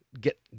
get